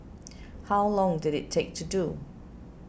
how long did it take to do